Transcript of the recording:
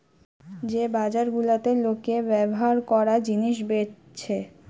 যে বাজার গুলাতে লোকে ব্যভার কোরা জিনিস বেচছে